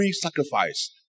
sacrifice